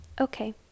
Okay